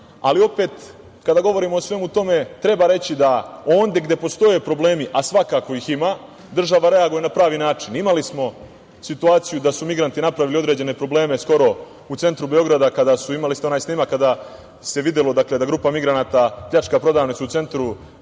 ali opet, kada govorimo o svemu tome, treba reći da onde gde postoje problemi, a svakako ih ima, država reaguje na pravi način. Imali smo situaciju da su migranti napravili određene probleme skoro u centru Beograda, imali ste onaj snimak kada se videlo da grupa migranata pljačka prodavnicu u centru Beograda